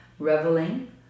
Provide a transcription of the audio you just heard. reveling